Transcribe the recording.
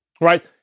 right